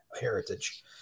heritage